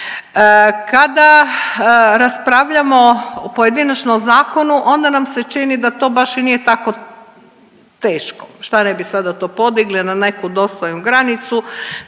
Kada raspravljamo pojedinačno o zakonu onda nam se čini da to baš i nije tako teško, šta ne bi sada to podigli na neku dostojnu granicu,